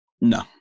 no